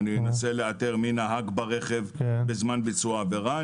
אנסה לאתר מי נהג ברכב בזמן ביצוע העבירה.